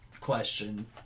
question